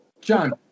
John